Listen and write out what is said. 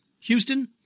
Houston